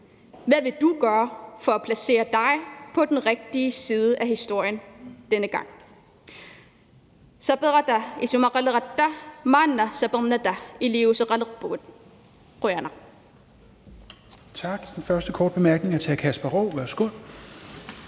Hvad vil du gøre for at placere dig på den rigtige side af historien denne gang?